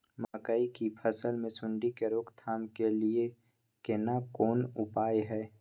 मकई की फसल मे सुंडी के रोक थाम के लिये केना कोन उपाय हय?